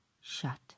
shut